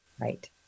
Right